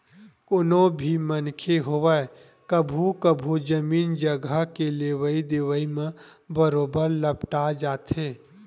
कोनो भी मनखे होवय कभू कभू जमीन जघा के लेवई देवई म बरोबर लपटा जाथे